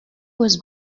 was